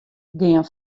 gean